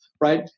right